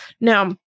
Now